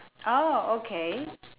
oh okay